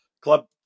club